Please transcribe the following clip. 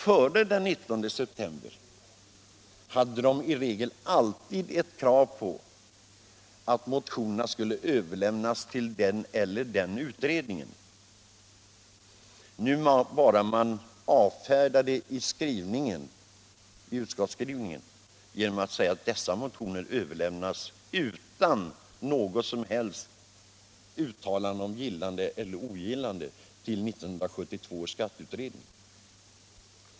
Före den 19 september finns det i regel krav på att motionerna skulle överlämnas till den eller den utredningen. Nu avfärdas motionerna av utskottet utan något som helst uttalande om gillande eller ogillande och överlämnas till 1972 års skatteutredning.